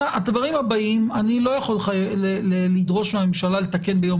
הדברים הבאים אני לא יכול לדרוש מהממשלה לתקן ביום